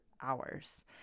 hours